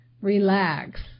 Relax